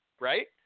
right